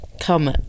come